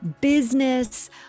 business